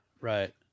Right